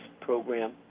program